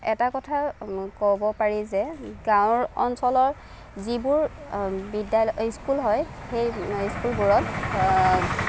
এটা কথা ক'ব পাৰি যে গাঁৱৰ অঞ্চলৰ যিবোৰ বিদ্যালয় ইস্কুল হয় সেই স্কুলবোৰত